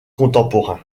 contemporain